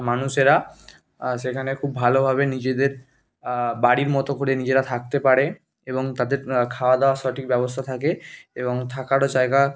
মানুষেরা সেখানে খুব ভালোভাবে নিজেদের বাড়ির মতো করে নিজেরা থাকতে পারে এবং তাদের খাওয়া দাওয়ার সঠিক ব্যবস্থা থাকে এবং থাকারও জায়গা